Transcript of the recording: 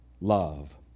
love